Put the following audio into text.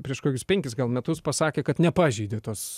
prieš kokius penkis gal metus pasakė kad nepažeidė tos